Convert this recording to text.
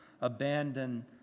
abandon